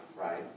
right